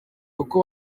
uko